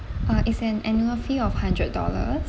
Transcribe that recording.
uh is an annual fee of hundred dollars